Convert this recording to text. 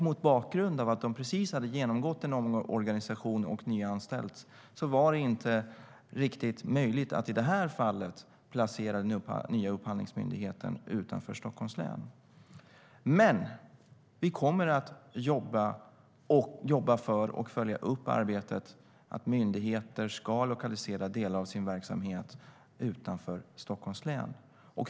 Mot bakgrund av att den precis hade genomgått en omorganisation och nyanställts var det inte riktigt möjligt att i det här fallet placera den nya Upphandlingsmyndigheten utanför Stockholms län. Men vi kommer att jobba för och följa upp arbetet att myndigheter ska lokalisera delar av sin verksamhet utanför Stockholms län.